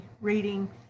reading